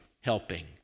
helping